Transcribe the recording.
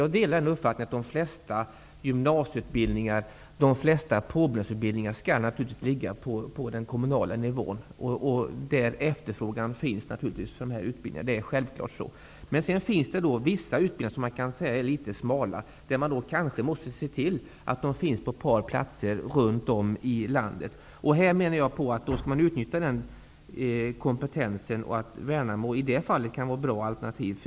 Jag delar uppfattningen att de flesta gymnasieutbildningar och de flesta påbyggnadsutbildningar naturligtvis skall ligga på den kommunala nivån, där efterfrågan på dem finns. Det är självklart. Men man måste kanske ändå se till att de utbildningar som är litet smala finns på ett par platser runt om i landet. Då skall man, menar jag, utnyttja den kompetens som finns i Värnamo, som i det fallet kan vara ett bra alternativ.